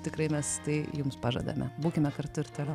tikrai mes tai jums pažadame būkime kartu ir toliau